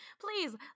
Please